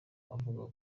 avuga